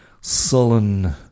sullen